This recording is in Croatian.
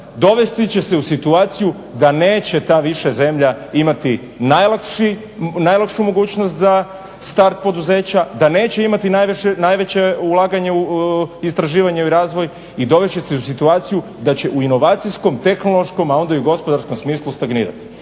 dovesti će se u situaciju da neće ta više zemlja imati najlakšu mogućnost za start poduzeća, da neće imati najveće ulaganje u istraživanje i u razvoj i dovest će se u situaciju da će u inovacijskom, tehnološkom, a onda i u gospodarskom smislu stagnirati.